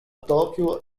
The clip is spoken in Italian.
tokyo